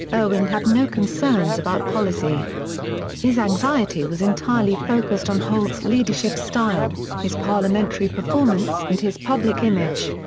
erwin had no concerns about policy his anxiety was entirely focussed on holt's leadership style, his parliamentary performance and his public image.